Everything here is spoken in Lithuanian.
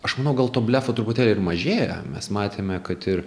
aš manau gal to blefo truputėlį ir mažėja mes matėme kad ir